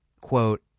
quote